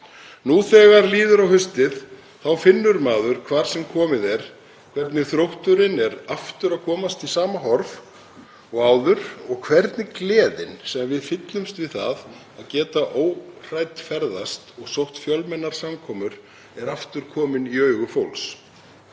Nú þegar líður á haustið finnur maður hvar sem komið er hvernig þrótturinn er aftur að komast í sama horf og áður og hvernig gleðin sem við fyllumst við það að geta ferðast óhrædd og sótt fjölmennar samkomur er aftur komin í augu fólks.